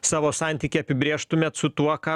savo santykį apibrėžtumėt su tuo ką